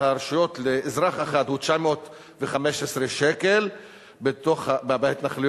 הרשויות לאזרח אחד הוא 915 שקל בהתנחלויות,